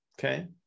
okay